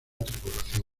tripulación